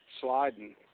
sliding